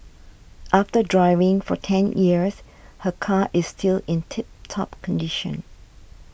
after driving for ten years her car is still in tip top condition